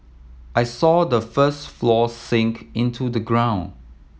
I saw the first floor sink into the ground